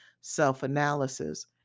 self-analysis